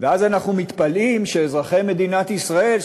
אז אנחנו מתפלאים שאזרחי מדינת ישראל,